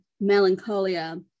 melancholia